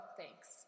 thanks